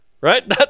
right